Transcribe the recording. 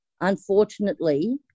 unfortunately